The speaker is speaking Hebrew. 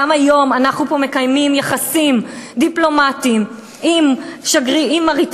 גם היום אנחנו פה מקיימים יחסים דיפלומטיים עם אריתריאה.